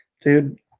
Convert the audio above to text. Dude